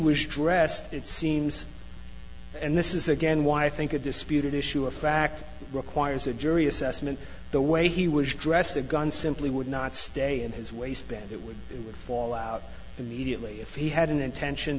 was dressed it seems and this is again why i think a disputed issue of fact requires a jury assessment the way he was dressed the gun simply would not stay in his waistband it would it would fall out immediately if he had an intention